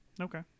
Okay